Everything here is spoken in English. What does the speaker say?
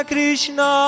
Krishna